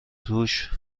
توش